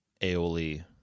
aioli